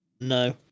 No